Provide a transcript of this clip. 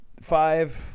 five